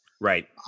Right